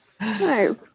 Nice